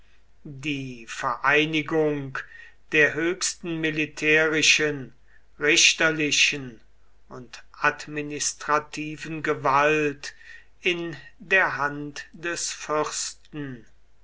die vereinigung der höchsten militärischen richterlichen und administrativen gewalt in der hand des fürsten